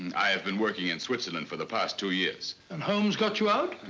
i have been working in switzerland for the past two years. and holmes got you out?